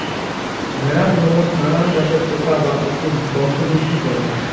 ভ্যাড়ার লোমত নানান জাতের পোকা বা উকুন বংশবৃদ্ধি করে